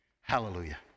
Hallelujah